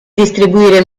distribuire